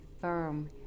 firm